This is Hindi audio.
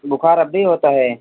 बुखार अब भी होता है